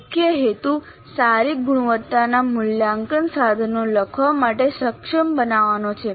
મુખ્ય હેતુ સારી ગુણવત્તાના મૂલ્યાંકન સાધનો લખવા માટે સક્ષમ બનવાનો છે